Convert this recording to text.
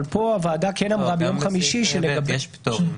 יש פטורים.